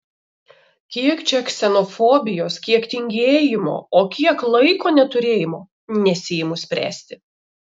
kiek čia ksenofobijos kiek tingėjimo o kiek laiko neturėjimo nesiimu spręsti